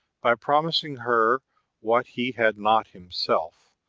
by promising her what he had not himself,